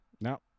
No